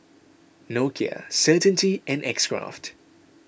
Nokia Certainty and X Craft